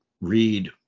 read